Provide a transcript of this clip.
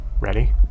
Ready